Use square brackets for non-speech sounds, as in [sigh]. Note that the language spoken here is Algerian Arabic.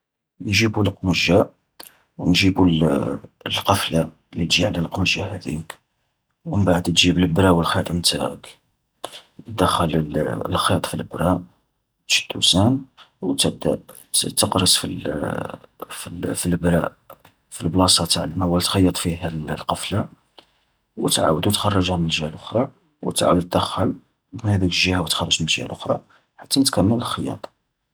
﻿نجيبو القمجة ونجيبو ال [hesitation] القفلة اللي تجي على القمجة هذيك، ومبعد تجيب البرا والخيط نتاعك. دخل ال [hesitation] الخيط في البرا، و تشدو زين، وتبدا [hesitation] ت-تقرص في ال [hesitation] في البرا في البلاصة نتع اللي معول تخيط فيها القفلة، و تعاود و تخرجها من الجيهة لخرا، وتعاود تدخل من هذيك الجيهة وتخرج من الجيهة لخرا حتان تكمل الخياطة.